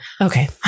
Okay